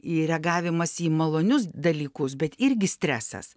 į reagavimas į malonius dalykus bet irgi stresas